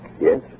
Yes